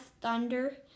Thunder